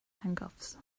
handcuffs